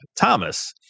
Thomas